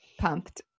Pumped